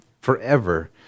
forever